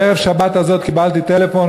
בערב שבת הזאת קיבלתי טלפון,